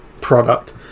product